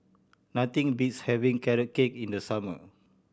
nothing beats having Carrot Cake in the summer